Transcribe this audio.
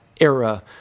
era